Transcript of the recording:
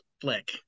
flick